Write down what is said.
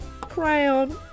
crayon